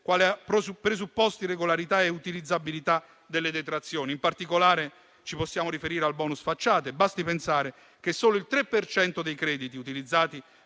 quale presupposto di regolarità e utilizzabilità per le detrazioni. In particolare, ci possiamo riferire al *bonus* facciate: basti pensare che solo il 3 per cento dei crediti utilizzati